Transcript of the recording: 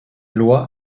loi